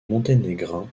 monténégrins